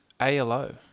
ALO